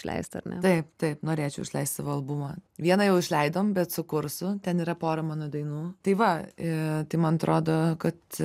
leista taip taip norėčiau išleist savo albumą vieną jau išleidom bet su kursu ten yra pora mano dainų tai va tai man atrodo kad